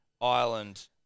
Ireland